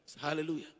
Hallelujah